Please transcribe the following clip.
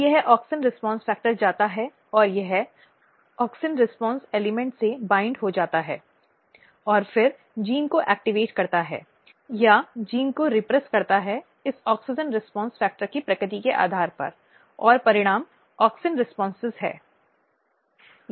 अब यह auxin response factor जाता है और यह ऑक्सिन रीस्पॉन्स एलिमेंट से वाइंड हो जाता है जाता है और फिर जीन को सक्रिय करता है या जीन को रीप्रिस करता है इस ऑक्सिन रीस्पॉन्स फ़ैक्टर की प्रकृति के आधार पर और परिणाम ऑक्सिन रीस्पॉन्स हैं